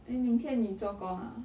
then 明天你做工啊